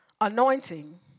anointing